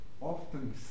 often